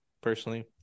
personally